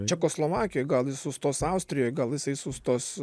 čekoslovakijoj gal jis sustos austrijoj gal jisai sustos